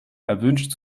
erwünscht